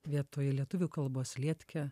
vietoj lietuvių kalbos lietkė